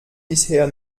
bisher